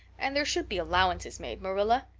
and there should be allowances made, marilla.